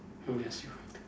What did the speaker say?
oh that's right